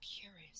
curious